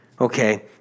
Okay